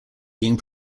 being